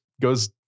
goes